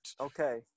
okay